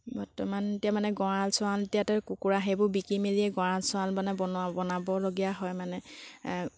বৰ্তমান এতিয়া মানে গড়াল চড়াল এতিয়াতো কুকুৰা সেইবোৰ বিকি মেলি গড়াল চড়াল মানে বনোৱা বনাবলগীয়া হয় মানে